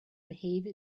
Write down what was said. behave